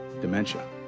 dementia